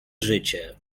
życie